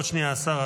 עוד שנייה, השר.